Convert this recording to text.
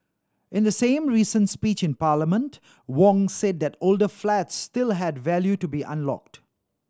in the same recent speech in Parliament Wong said that older flats still had value to be unlocked